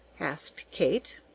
asked kate.